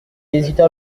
hésita